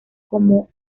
como